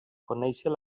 conèixer